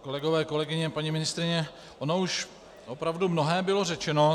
Kolegové, kolegyně, paní ministryně, ono už opravdu mnohé bylo řečeno.